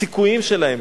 הסיכויים שלהם